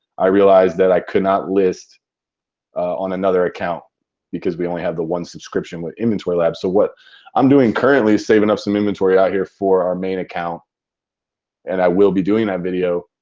i realised that i could not list on another account because we only have the one subscription with inventory lab. so what i'm doing currently, saving up some inventory out here for our main account and i will be doing that video.